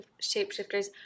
shapeshifters